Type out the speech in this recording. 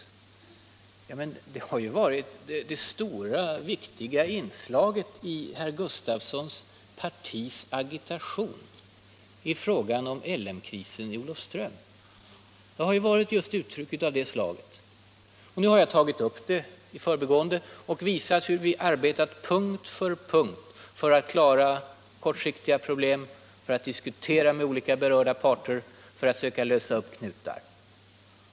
Ja, men det har ju varit det stora och viktiga inslaget i herr Gustafssons partis agitation i fråga om L M-krisen i Olofström — just uttryck av det slaget. Nu har jag tagit upp det, i förbigående. Jag har visat hur vi i regeringen arbetar punkt för punkt för att klara problem, för att diskutera med olika berörda parter, för att kunna lösa upp knutar.